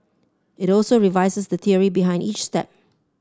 it also revises the theory behind each step